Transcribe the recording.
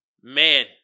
Man